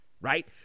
right